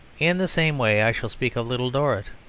in the same way i shall speak of little dorrit,